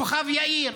כוכב יאיר,